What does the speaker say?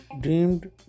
dreamed